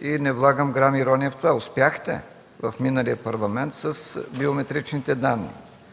и не влагам грам ирония в това. Успяхте в миналия Парламент с биометричните данни,